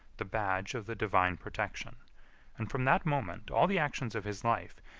the badge of the divine protection and from that moment all the actions of his life,